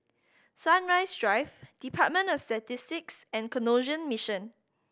Sunrise Drive Department of Statistics and Canossian Mission